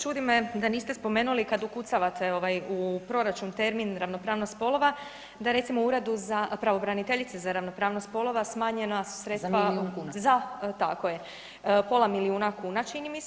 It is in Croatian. Čudi me, da niste spomenuli kad ukucavate u proračun termin ravnopravnost spolova, da je, recimo u Uredu pravobraniteljice za ravnopravnost spolova, smanjena su sredstva za ... [[Upadica se ne čuje.]] tako je, pola milijuna kuna, čini mi se.